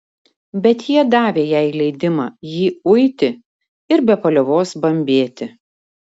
bet jie davė jai leidimą jį uiti ir be paliovos bambėti